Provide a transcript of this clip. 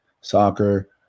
soccer